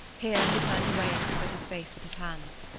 here he turned away and covered his face with his hands.